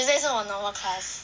tuesday 是我 normal class